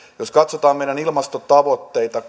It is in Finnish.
jos katsotaan kaikkia meidän ilmastotavoitteitamme